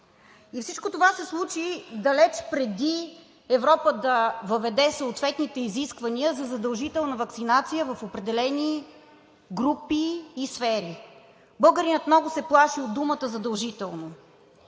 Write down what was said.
И всичко това се случи далеч преди Европа да въведе съответните изисквания за задължителна ваксинация в определени групи и сфери. Българинът много се плаши от думата „задължително“,